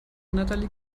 natalie